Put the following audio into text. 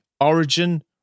origin